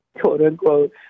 quote-unquote